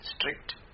strict